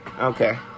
Okay